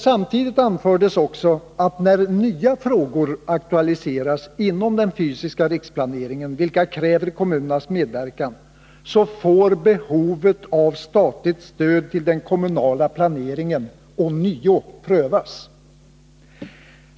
Samtidigt anfördes också, att när det inom den fysiska riksplaneringen aktualiseras nya frågor som kräver kommunernas medverkan, får behovet av statligt stöd till den kommunala planeringen ånyo prövas.